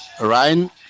Ryan